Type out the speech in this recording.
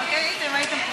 זו הייתה הבהרה.